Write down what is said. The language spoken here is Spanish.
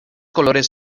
colores